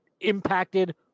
impacted